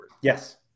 Yes